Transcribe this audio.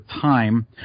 time